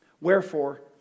Wherefore